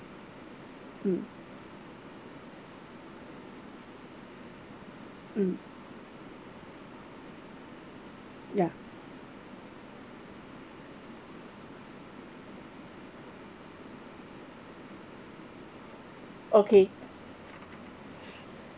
hmm hmm ya okay